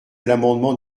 l’amendement